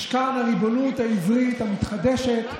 משכן הריבונות העברית המתחדשת,